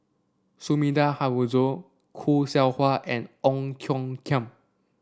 Sumida Haruzo Khoo Seow Hwa and Ong Tiong Khiam